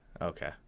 Okay